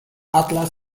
atlas